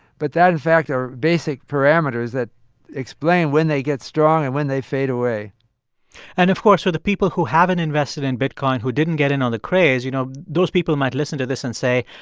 but that, in fact, are basic parameters that explain when they get strong and when they fade away and, of course, for the people who haven't invested in bitcoin, who didn't get in on the craze, you know, those people might listen to this and say,